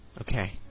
Okay